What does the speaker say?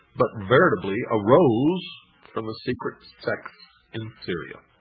but veritably arose from the secret sects in syria.